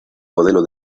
modelo